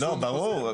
ברור,